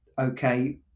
okay